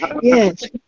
Yes